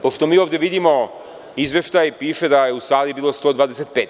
Pošto mi ovde vidimo izveštaj, piše da je u sali bilo 125.